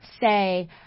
say